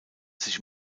sich